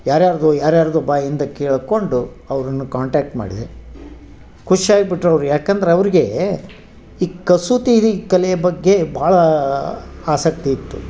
ಯಾರು ಯಾರದೋ ಯಾರು ಯಾರದೋ ಬಾಯಿಂದ ಕೇಳಿಕೊಂಡು ಅವ್ರನ್ನು ಕಾಂಟ್ಯಾಕ್ಟ್ ಮಾಡಿದೆ ಖುಷಿ ಆಗ್ಬಿಟ್ರ್ ಅವರು ಯಾಕಂದ್ರೆ ಅವ್ರಿಗೆ ಈ ಕಸೂತಿದು ಈ ಕಲೆಯ ಬಗ್ಗೆ ಭಾಳ ಆಸಕ್ತಿ ಇತ್ತು